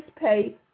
pay